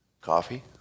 coffee